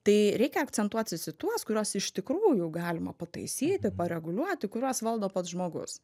tai reikia akcentuotis į tuos kuriuos iš tikrųjų galima pataisyti pareguliuoti kuriuos valdo pats žmogus